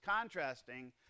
contrasting